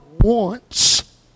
wants